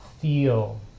feel